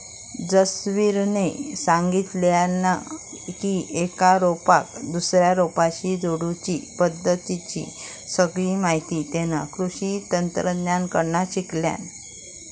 जसवीरने सांगितल्यान की एका रोपाक दुसऱ्या रोपाशी जोडुची पद्धतीची सगळी माहिती तेना कृषि तज्ञांकडना शिकल्यान